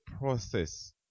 process